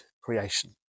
creation